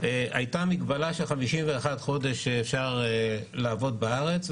הייתה מגבלה של 51 חודשים שבהם היה אפשר לעבוד בארץ,